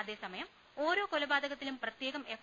അതേസമയം ഓരോ കൊലപാതകത്തിലും പ്രത്യേകം എഫ്